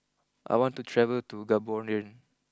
I want to travel to Gaborone